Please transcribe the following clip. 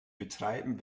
betreiben